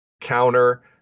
counter